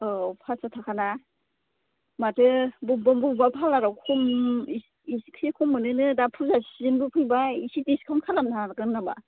औ फास स' थाखा ना माथो बबावबा बबावबा फार्लाराव खम इसे खम मोनो नो दा फुजा सिजेनबो फैबाय इसे डिसकाउन्ट खालामनो हागोन नामा